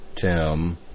Tim